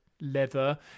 leather